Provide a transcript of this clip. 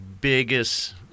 biggest